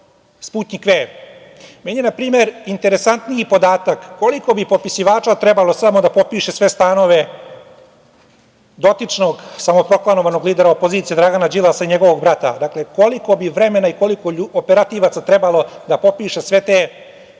Sputnjik V".Meni je na primer interesantniji podatak koliko bi popisivača trebalo samo da popiše sve stanove dotičnog samoproklamovanog lidera opozicije Dragana Đilasa i njegovog brata? Dakle, koliko bi vremena i koliko bi operativaca trebalo da popiše sve te